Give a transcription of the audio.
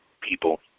people